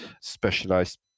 specialized